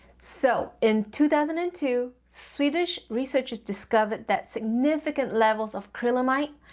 so, in two thousand and two, swedish researchers discovered that significant levels of acrylamide,